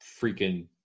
freaking